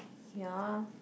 ya